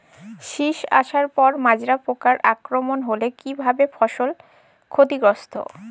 শীষ আসার পর মাজরা পোকার আক্রমণ হলে কী ভাবে ফসল ক্ষতিগ্রস্ত?